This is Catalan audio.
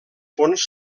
fons